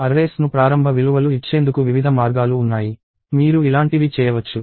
arrays ను ప్రారంభ విలువలు ఇచ్చేందుకు వివిధ మార్గాలు ఉన్నాయి మీరు ఇలాంటివి చేయవచ్చు